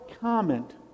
comment